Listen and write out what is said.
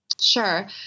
Sure